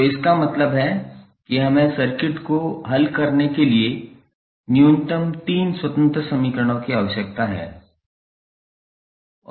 तो इसका मतलब है कि हमें सर्किट को हल करने के लिए न्यूनतम तीन स्वतंत्र समीकरणों की आवश्यकता है